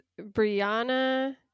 Brianna